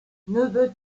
nebeut